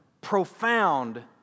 profound